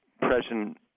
present